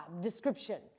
description